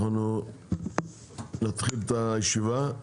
אנחנו נתחיל את הישיבה.